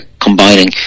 combining